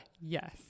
yes